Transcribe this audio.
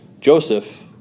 Joseph